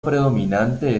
predominante